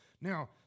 Now